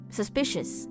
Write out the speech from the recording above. suspicious